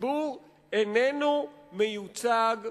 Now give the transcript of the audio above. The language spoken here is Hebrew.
הציבור איננו מיוצג ברשות,